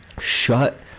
shut